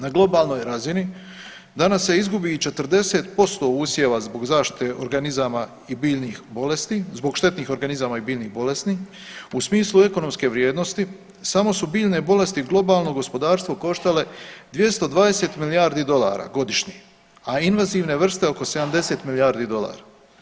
Na globalnoj razini, danas se izgubi i 40% usjeva zbog zaštite organizama i biljnih bolesti zbog štetnih organizama i biljnih bolesti u smislu ekonomske vrijednosti samo su biljne bolesti globalno gospodarstvo koštale 220 milijardi dolara godišnje, a invazivne vrste oko 70 milijardi dolara.